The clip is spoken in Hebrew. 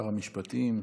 שר המשפטים.